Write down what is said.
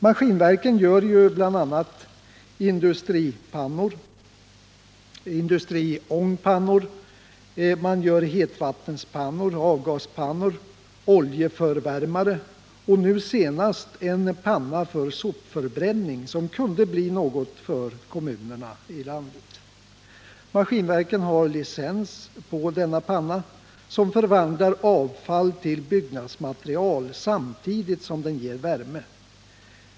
Maskinverken gör bl.a. industriångpannor, hetvattenspannor, avgaspannor, oljeförvärmare och nu senast en panna för sopförbränning, som skulle kunna bli något för kommunerna i landet. Maskinverken har licens på denna panna som förvandlar avfall till byggnadsmaterial samtidigt som den ger värme.